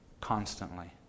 constantly